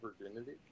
virginity